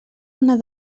una